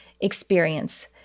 experience